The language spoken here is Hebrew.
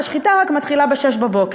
והשחיטה רק מתחילה ב-06:00.